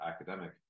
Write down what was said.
academic